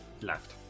Left